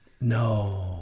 No